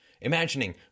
Imagining